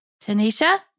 Tanisha